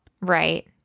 right